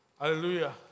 Hallelujah